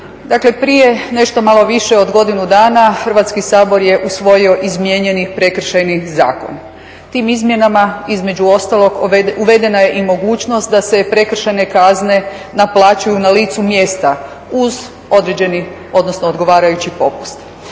prije nešto malo više od godinu dana Hrvatski sabor je usvojio izmijenjeni Prekršajni zakon. Tim izmjenama između ostalog uvedena je i mogućnost da se prekršajne kazne naplaćuju na licu mjesta, uz određeni odnosno odgovarajući popust.